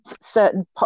certain